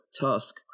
Tusk